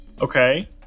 Okay